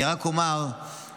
אני רק אומר בצניעות,